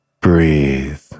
Breathe